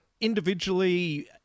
individually –